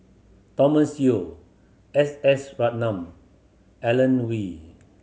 Thomas Yeo S S Ratnam Alan